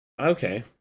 Okay